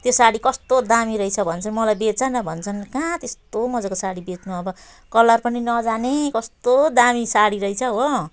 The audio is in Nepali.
त्यो साडी कस्तो दामी रहेछ भन्छ मलाई बेच न भन्छन् कहाँ त्यस्तो मजाको साडी बेच्नु अब कलर पनि नजाने कस्तो दामी साडी रहेछ हो